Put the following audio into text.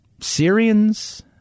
Syrians